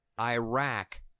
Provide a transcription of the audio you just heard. Iraq